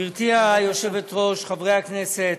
גברתי היושבת-ראש, חברי הכנסת,